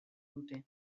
dute